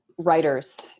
writers